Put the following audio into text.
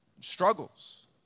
struggles